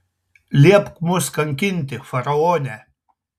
liepk mus kankinti faraone